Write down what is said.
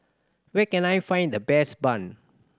where can I find the best bun